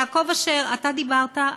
יעקב אשר, אתה דיברת.